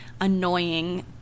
annoying